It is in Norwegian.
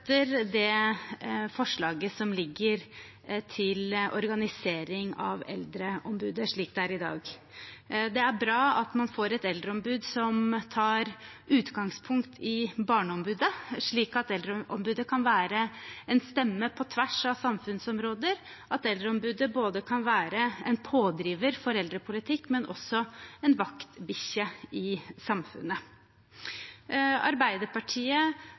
det forslaget som ligger til organisering av Eldreombudet slik det er i dag. Det er bra at man får et eldreombud som tar utgangspunkt i Barneombudet, slik at Eldreombudet kan være en stemme på tvers av samfunnsområder, og at Eldreombudet kan være både en pådriver for eldrepolitikk og ei vaktbikkje i samfunnet. Arbeiderpartiet